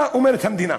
מה אומרת המדינה: